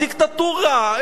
דיקטטורה.